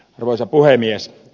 arvoisa puhemies